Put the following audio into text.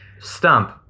Stump